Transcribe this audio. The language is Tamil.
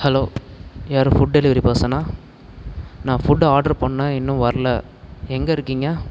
ஹலோ யார் ஃபுட் டெலிவரி பர்சனா நான் ஃபுட்டு ஆட்ரு பண்ண இன்னும் வர்லை எங்கிருக்கீங்க